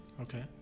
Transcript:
Okay